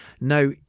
Now